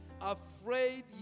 afraid